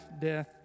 death